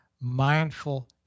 mindful